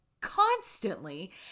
constantly